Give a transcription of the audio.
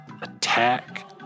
attack